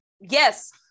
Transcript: yes